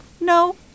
no